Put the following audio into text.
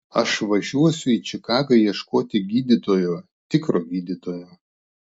aš važiuosiu į čikagą ieškoti gydytojo tikro gydytojo